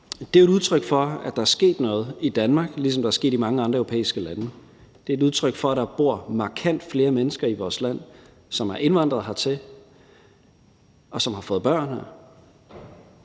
Det er jo et udtryk for, at der er sket noget i Danmark, ligesom der er sket noget i mange andre europæiske lande. Det er et udtryk for, at der bor markant flere mennesker i vores land, som er indvandret hertil, og som har fået børn.